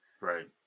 Right